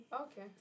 Okay